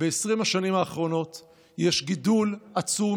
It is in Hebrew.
ב-20 השנים האחרונות יש גידול עצום,